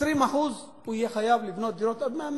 על 20% הוא יהיה חייב לבנות דירות עד 100 מטר.